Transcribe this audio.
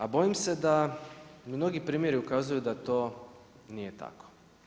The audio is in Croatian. A bojim se da mnogi primjeri ukazuju da to nije tako.